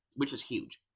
which is huge.